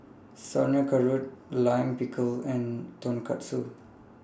Sauerkraut Lime Pickle and Tonkatsu